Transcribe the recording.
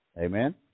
Amen